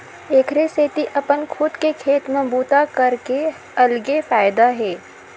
एखरे सेती अपन खुद के खेत म बूता करे के अलगे फायदा हे